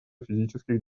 физических